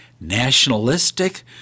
nationalistic